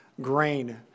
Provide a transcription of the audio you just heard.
grain